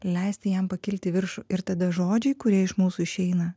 leisti jam pakilti į viršų ir tada žodžiai kurie iš mūsų išeina